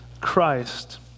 christ